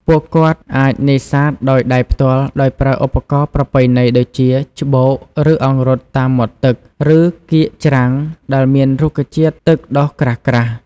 ពួកគាត់អាចនេសាទដោយដៃផ្ទាល់ដោយប្រើឧបករណ៍ប្រពៃណីដូចជាច្បូកឬអង្រុតតាមមាត់ទឹក ឬកៀកច្រាំងដែលមានរុក្ខជាតិទឹកដុះក្រាស់ៗ។